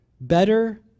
better